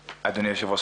היושב-ראש,